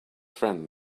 friend